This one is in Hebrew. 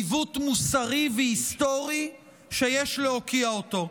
עיוות מוסרי והיסטורי שיש להוקיע אותו.